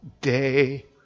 day